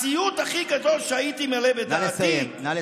הסיוט הכי גדול שהייתי מעלה בדעתי זה, נא לסיים.